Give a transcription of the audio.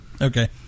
Okay